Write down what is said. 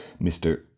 Mr